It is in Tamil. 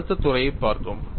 அழுத்தத் துறையைப் பார்த்தோம்